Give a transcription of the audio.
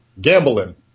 Gambling